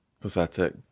Pathetic